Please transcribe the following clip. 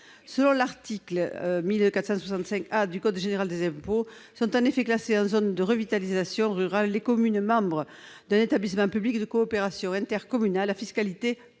Selon l'article 1465 A du code général des impôts sont en effet classées en zone de revitalisation rurale les communes membres d'un établissement public de coopération intercommunale à fiscalité propre